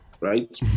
right